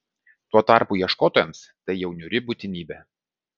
tuo tarpu ieškotojams tai jau niūri būtinybė